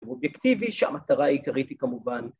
אובייקטיבי שהמטרה העיקרית היא כמובן